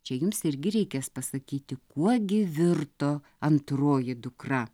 čia jums irgi reikės pasakyti kuo gi virto antroji dukra